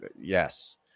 yes